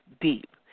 deep